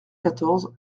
quatorze